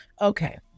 okay